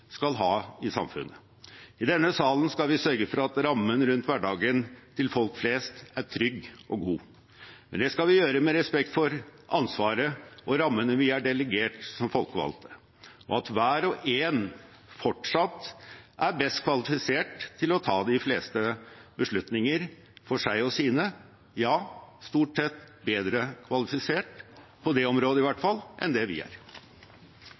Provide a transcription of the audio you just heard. skal ha i samfunnet. I denne salen skal vi sørge for at rammen rundt hverdagen til folk flest er trygg og god. Men det skal vi gjøre med respekt for ansvaret og rammene vi er delegert som folkevalgte, og for at hver og en fortsatt er best kvalifisert til å ta de fleste beslutninger for seg og sine – ja, stort sett bedre kvalifisert, i hvert fall på det området, enn det vi